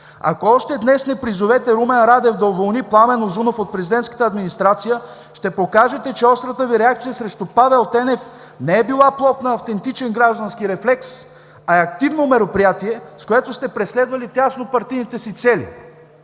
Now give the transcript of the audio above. Ако още днес не призовете Румен Радев да уволни Пламен Узунов от президентската администрация, ще покажете, че острата Ви реакция срещу Павел Тенев не е била плод на автентичен граждански рефлекс, а е активно мероприятие, с което сте преследвали тяснопартийните си цели.